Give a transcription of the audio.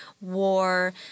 war